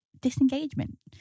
disengagement